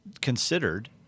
considered